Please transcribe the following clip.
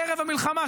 ערב המלחמה,